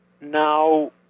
Now